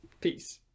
Peace